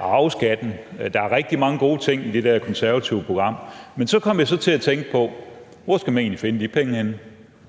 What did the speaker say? og arveskatten ned. Der er rigtig mange gode ting i det konservative program. Men så kom jeg til at tænke på: Hvor skal man egentlig finde de penge henne?